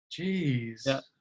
Jeez